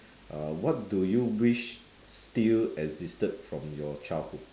uh what do you wish still existed from your childhood